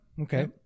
okay